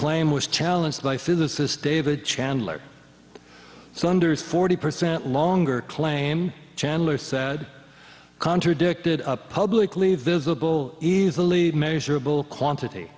claim was challenged by physicist david chandler sunders forty percent longer claim chandler said contradicted publicly visible easily measurable quantity